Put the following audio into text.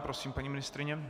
Prosím, paní ministryně.